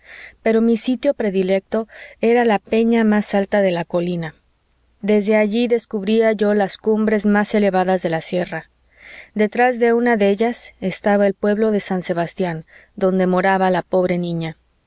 pero mi sitio predilecto era la peña más alta de la colina desde allí descubría yo las cumbres más elevadas de la sierra detrás de una de ellas estaba el pueblo de san sebastián donde moraba la pobre niña